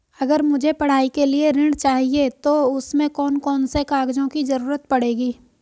अगर मुझे पढ़ाई के लिए ऋण चाहिए तो उसमें कौन कौन से कागजों की जरूरत पड़ेगी?